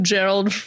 Gerald